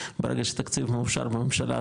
ברגע שתקציב מאושר בממשלה,